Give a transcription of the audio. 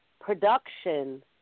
production